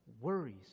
worries